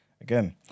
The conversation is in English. again